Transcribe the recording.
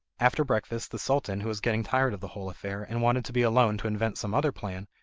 after breakfast, the sultan, who was getting tired of the whole affair and wanted to be alone to invent some other plan,